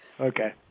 Okay